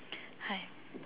hi